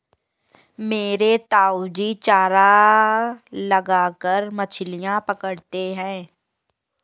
मेरे ताऊजी चारा लगाकर मछलियां पकड़ते हैं